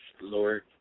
Lord